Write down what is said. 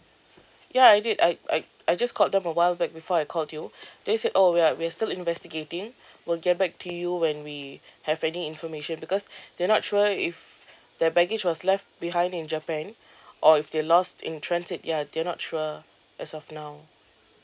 ya I did I I I just called them a while back before I called you they said oh we are we are still investigating we'll get back to you when we have any information because they're not sure if that baggage was left behind in japan or if they lost in transit ya they're not sure as of now